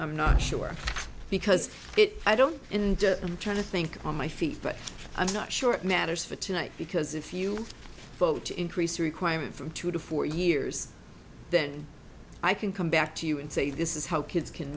i'm not sure because it i don't and i'm trying to think on my feet but i'm not sure it matters for tonight because if you vote to increase requirement from two to four years then i can come back to you and say this is how kids can